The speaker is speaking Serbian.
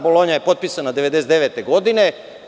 Bolonja je potpisana 1999. godine.